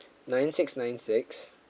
nine six nine six